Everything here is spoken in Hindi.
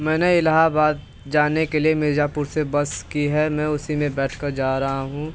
मैंने एलाहबाद जाने के लिए मिर्जापुर से बस की है मैं उसी में बैठकर जा रहा हूँ